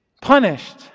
punished